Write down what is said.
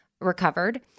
recovered